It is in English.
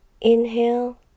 Inhale